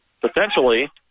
potentially